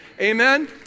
Amen